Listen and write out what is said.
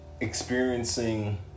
experiencing